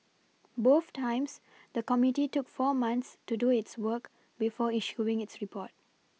both times the committee took four months to do its work before issuing its report